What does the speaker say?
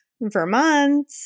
Vermont